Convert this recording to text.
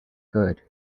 good